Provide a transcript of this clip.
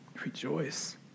Rejoice